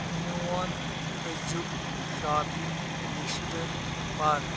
میٛون أزیُک شاپِنٛگ لِسٹہٕ پر